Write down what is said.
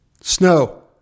Snow